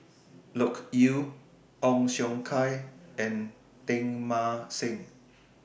Loke Yew Ong Siong Kai and Teng Mah Seng